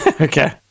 Okay